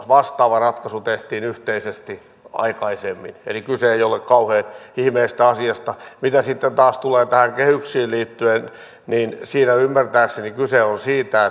vastaava ratkaisu tehtiin yhteisesti aikaisemminkin eli kyse ei ole kauhean ihmeellisestä asiasta mitä taas tulee näihin kehyksiin siinä ymmärtääkseni kyse on siitä